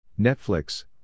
Netflix